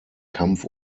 kampf